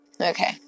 Okay